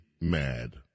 mad